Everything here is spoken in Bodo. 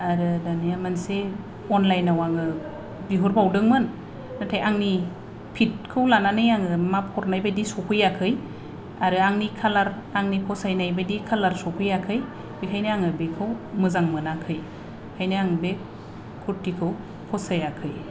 आरो दानिया मोनसे अलाइन आव आङो बिहरबावदोंमोन नाथाय आंनि फिट खौ लानानै माफ हरनायबादि सौफैयाखै आरो आंनि कालार आंनि कालार फसायनाय बायदि सौफैयाखै बेखायनो आं बेखौ मोजां मोनाखै बेखायनो आं बे कुरटिखौ फसायाखै